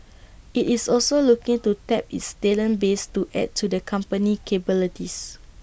IT is also looking to tap its talent base to add to the company's capabilities